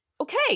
Okay